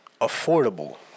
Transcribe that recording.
Affordable